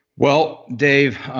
well, dave,